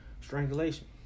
strangulation